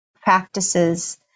practices